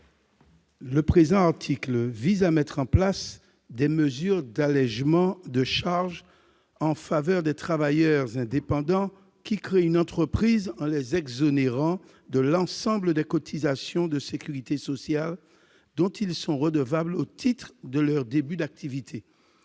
Le présent article vise à mettre en place des mesures d'allègement de charges en faveur des travailleurs indépendants qui créent une entreprise en les exonérant de l'ensemble des cotisations de sécurité sociale dont ils sont redevables au titre de leur début d'activité.